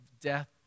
death